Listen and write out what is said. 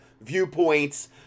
viewpoints